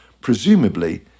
presumably